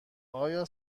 آیا